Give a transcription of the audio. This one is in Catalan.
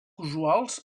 usuals